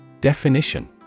Definition